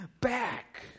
back